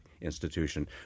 institution